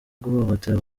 guhohotera